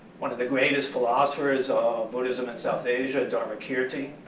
one of the greatest philosophers of buddhism in south asia, dharmakirti,